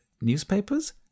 newspapers